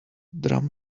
drum